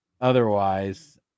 otherwise